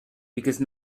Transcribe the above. because